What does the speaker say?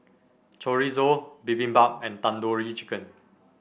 Chorizo Bibimbap and Tandoori Chicken